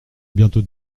bientôt